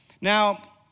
Now